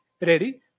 ready